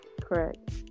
Correct